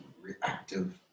reactive